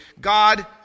God